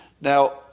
Now